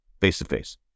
face-to-face